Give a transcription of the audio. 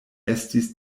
estis